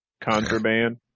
Contraband